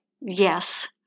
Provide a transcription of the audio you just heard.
Yes